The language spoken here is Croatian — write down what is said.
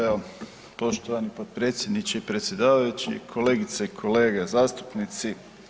Evo, poštovani potpredsjedniče i predsjedavajući, kolegice i kolege zastupnici.